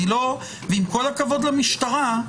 עם כל הכבוד למשטרה,